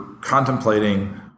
contemplating